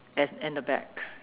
and and the back